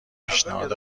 پیشنهاد